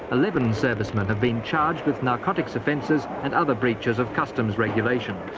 eleven servicemen have been charged with narcotics offences and other breaches of customs regulations.